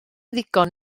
ddigon